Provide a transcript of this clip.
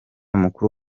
mukuru